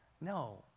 No